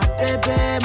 baby